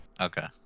Okay